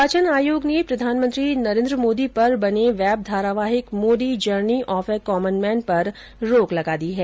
निर्वाचन आयोग ने प्रधानमंत्री नरेन्द्र मोदी पर बने वेब धारावाहिक Modi journey of a common man पर रोक लगा दी है